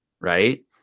right